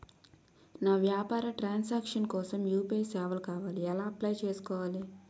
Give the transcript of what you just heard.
నా వ్యాపార ట్రన్ సాంక్షన్ కోసం యు.పి.ఐ సేవలు కావాలి ఎలా అప్లయ్ చేసుకోవాలి?